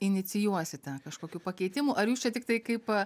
inicijuosite kažkokių pakeitimų ar jūs čia tiktai kaip